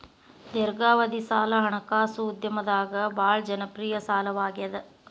ದೇರ್ಘಾವಧಿ ಸಾಲ ಹಣಕಾಸು ಉದ್ಯಮದಾಗ ಭಾಳ್ ಜನಪ್ರಿಯ ಸಾಲವಾಗ್ಯಾದ